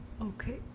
Okay